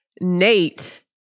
Nate